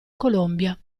colombia